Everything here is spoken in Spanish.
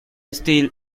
steele